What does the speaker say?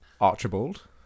Archibald